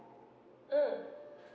mm